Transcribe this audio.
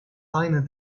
aynı